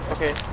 Okay